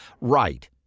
right